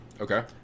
Okay